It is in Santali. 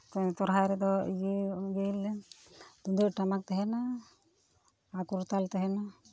ᱥᱚᱦᱨᱟᱭ ᱨᱮᱫᱚ ᱤᱭᱟᱹ ᱤᱭᱟᱹᱭᱟᱞᱮ ᱛᱩᱢᱫᱟᱜ ᱴᱟᱢᱟᱠ ᱛᱟᱦᱮᱱᱟ ᱟᱨ ᱠᱚᱨᱛᱟᱞ ᱛᱟᱦᱮᱱᱟ